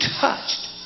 touched